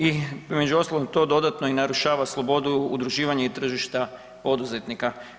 Između ostalog to dodatno i narušava slobodu udruživanja i tržišta poduzetnika.